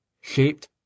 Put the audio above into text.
shaped